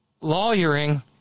lawyering